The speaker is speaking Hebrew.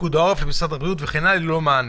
מפיקוד העורף למשרד הבריאות וכן הלאה ללא מענה.